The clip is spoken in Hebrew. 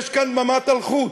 יש כאן דממת אלחוט.